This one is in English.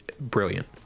brilliant